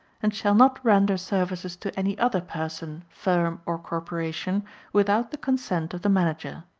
and shall not render services to any other person, firm or corporation without the consent of the manager.